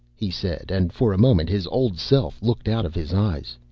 he said and for a moment his old self looked out of his eyes.